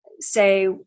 say